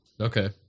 Okay